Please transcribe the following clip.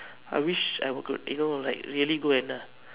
I wish I could like you know really go and uh